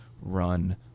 run